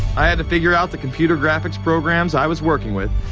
i had to figure out the computer graphics programs i was working with,